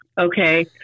okay